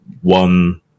one